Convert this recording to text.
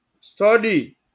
Study